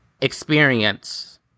experience